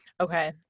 okay